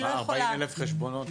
כ-40,000 חשבונות?